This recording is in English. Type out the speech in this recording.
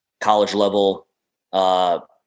college-level